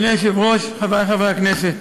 אדוני היושב-ראש, חברי חברי הכנסת,